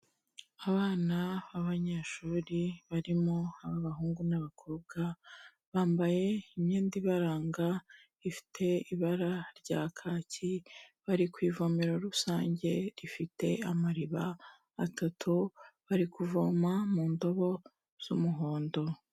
Abana b'abanyeshuri barimo ab'abahungu n'abakobwa, bambaye imyenda ibaranga ifite ibara rya kaki bari ku ivome rusange rifite amariba atatu, bari kuvoma mu ndobo z'umuhondo.